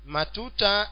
Matuta